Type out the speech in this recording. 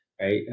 Right